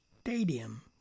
stadium